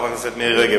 חברת הכנסת מירי רגב,